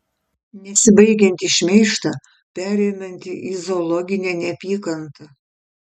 nesibaigiantį šmeižtą pereinantį į zoologinę neapykantą